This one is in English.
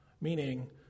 meaning